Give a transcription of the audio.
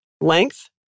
length